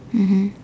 mmhmm